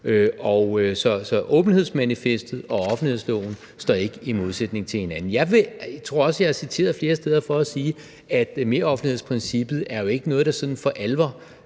Så åbenhedsmanifestet og offentlighedsloven står ikke i modsætning til hinanden. Jeg tror også, jeg er citeret flere steder for at sige, at meroffentlighedsprincippet jo ikke er noget, der sådan for alvor